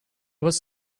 was